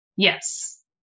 Yes